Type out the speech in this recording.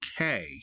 okay